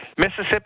Mississippi